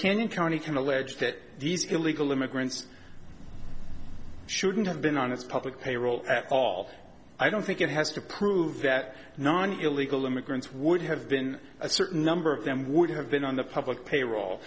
kent county can allege that these illegal immigrants shouldn't have been on this public payroll at all i don't think it has to prove that non illegal immigrants would have been a certain number of them would have been on the public payroll